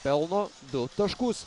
pelno du taškus